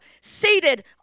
seated